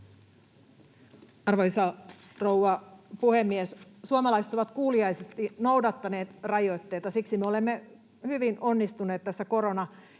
Arvoisa rouva puhemies! Suomalaiset ovat kuuliaisesti noudattaneet rajoitteita — siksi me olemme onnistuneet tässä